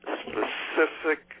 specific